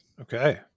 Okay